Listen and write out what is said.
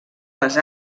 les